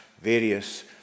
various